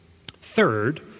Third